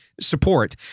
support